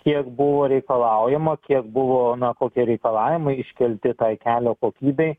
kiek buvo reikalaujama kiek buvo na kokie reikalavimai iškelti tai kelio kokybei